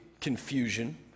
confusion